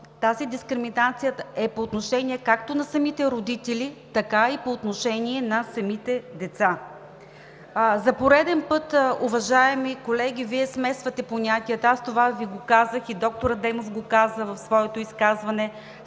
тази дискриминация е по отношение както на самите родители, така и по отношение на самите деца. За пореден път, уважаеми колеги, Вие смесвате понятията. Аз това Ви го казах, и доктор Адемов го каза в своето изказване.